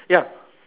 ya